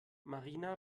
marina